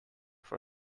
for